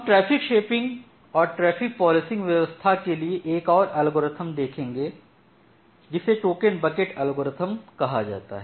हम traffic shaping और traffic policing व्यवस्था के लिए एक और एल्गोरिथ्म देखेंगे जिसे टोकन बकेट एल्गोरिथ्म कहा जाता है